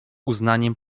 uznaniem